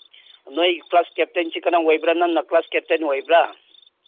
ꯅꯣꯏ ꯀ꯭ꯂꯥꯁ ꯀꯦꯞꯇꯦꯟꯁꯤ ꯀꯅꯥ ꯑꯣꯏꯕ꯭ꯔꯥ ꯅꯪꯅ ꯀ꯭ꯂꯥꯁ ꯀꯦꯞꯇꯦꯟ ꯑꯣꯏꯕ꯭ꯔꯥ